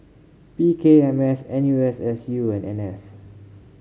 P K M S N U S S U and N S